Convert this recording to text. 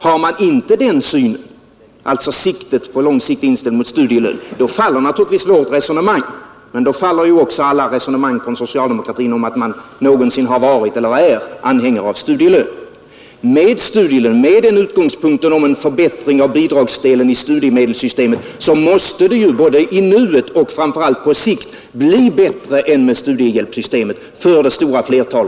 Har man inte den synen, och om man alltså inte har syftet inställt på studielön så småningom, så faller naturligtvis det resonemanget. Men då faller också alla resonemang från socialdemokratin om att man någonsin har varit eller är anhängare av studielönen. Med en förbättring av bidragsmedlen i studiemedelssystemet som utgångspunkt måste det för det stora flertalet både i nuet och, framför allt, på sikt bli bättre än med studiehjälpssystemet.